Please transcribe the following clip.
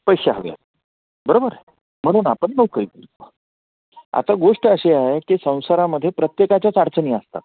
पैसे हवे आहेत बरोबर म्हणून आपण नोकरी आता गोष्ट अशी आहे की संसारामध्ये प्रत्येकाच्याच अडचणी असतात